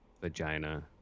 vagina